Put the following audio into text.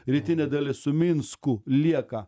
rytinė dalis su minsku lieka